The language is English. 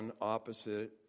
opposite